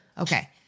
Okay